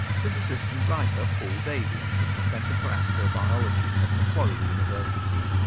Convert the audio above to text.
physicist and writer paul davies of the centre for astro biology at macquarie university.